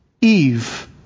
Eve